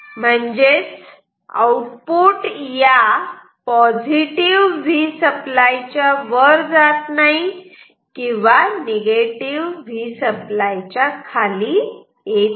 म्हणजेच आउटपुट या Vसप्लाय च्या वर जात नाही किंवा Vसप्लायच्या खाली येत नाही